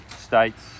states